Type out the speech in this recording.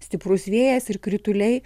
stiprus vėjas ir krituliai